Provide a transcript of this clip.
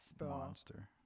monster